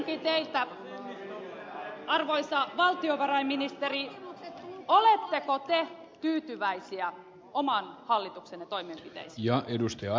kysyisinkin teiltä arvoisa valtiovarainministeri oletteko te tyytyväinen oman hallituksenne toimenpiteisiin